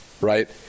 right